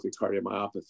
cardiomyopathy